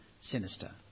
sinister